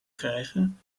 krijgen